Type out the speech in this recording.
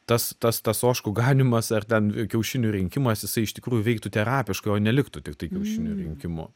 tas tas tas ožkų ganymas ar ten kiaušinių rinkimas jisai iš tikrųjų veiktų terapiškai o ne liktų tiktai kiaušinių rinkimu